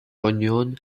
union